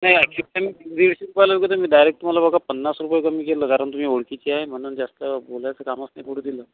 नाही दिडशे रुपयाला वगैरे मी डायरेक्ट तुम्हाला बघा पन्नास रुपये कमी केलं कारण तुम्ही ओळखीचे आहे म्हणून जास्त बोलायचं कामच नाही पडू दिलं